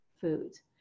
foods